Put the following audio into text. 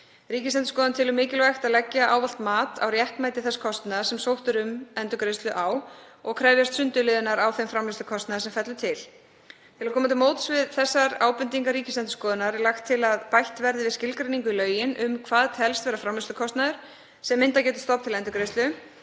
Ríkisendurskoðun telur mikilvægt að leggja ávallt mat á réttmæti þess kostnaðar sem sótt er um endurgreiðslu á og krefjast sundurliðunar á þeim framleiðslukostnaði sem fellur til. Til að koma til móts við þær ábendingar Ríkisendurskoðunar er lagt til að bætt verði við skilgreiningu í lögin um hvað teljist vera framleiðslukostnaður sem myndað getur stofn til endurgreiðslu